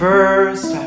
First